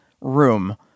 room